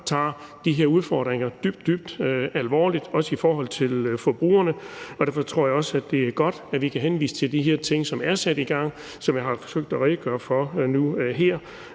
tage de her udfordringer dybt, dybt alvorligt – også i forhold til forbrugerne – og derfor tror jeg også, at det er godt, at vi kan henvise til de her ting, som er sat i gang, og som jeg har forsøgt at redegøre for nu her.